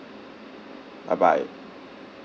bye bye